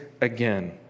again